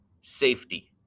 safety